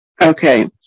Okay